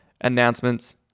announcements